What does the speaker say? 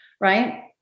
right